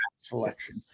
selection